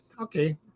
Okay